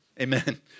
amen